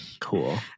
Cool